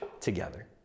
together